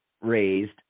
raised